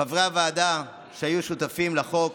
חברי הוועדה שהיו שותפים לחוק